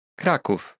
Kraków